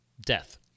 Death